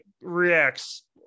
reacts